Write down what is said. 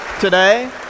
today